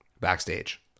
backstage